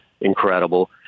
incredible